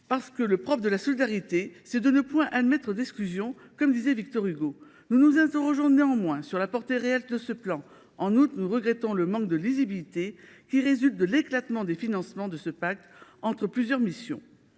parce que « le propre de la solidarité, c’est de ne point admettre d’exclusion », pour reprendre les mots de Victor Hugo. Nous nous interrogeons néanmoins sur la portée réelle de ce plan. En outre, nous regrettons le manque de lisibilité qui résulte de l’éclatement des financements de ce pacte entre plusieurs missions.